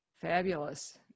Fabulous